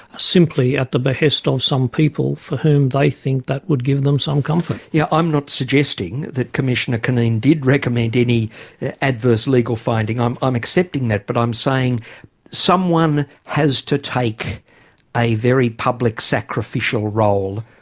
simply at the behest of some people for whom they think that would give them some comfort. yeah i'm not suggesting that commissioner cunneen did recommend any adverse legal finding, i'm i'm accepting that but i'm saying someone has to take a very public sacrificial role,